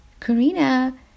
Karina